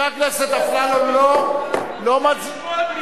גנבו 600 מיליון,